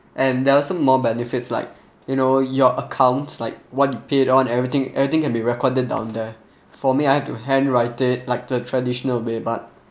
and there are also more benefits like you know your account like what you paid on everything everything can be recorded down there for me I have to handwrite it like the traditional way but